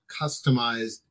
customized